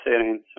settings